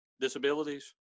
disabilities